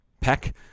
Peck